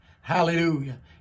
Hallelujah